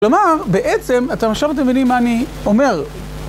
כלומר, בעצם אתם עכשיו מבינים מה אני אומר.